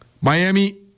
Miami